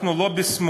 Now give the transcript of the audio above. אנחנו לא בשמאל.